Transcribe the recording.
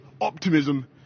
optimism